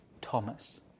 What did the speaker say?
Thomas